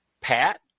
Pat